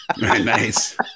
Nice